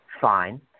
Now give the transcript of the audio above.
fine